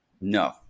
no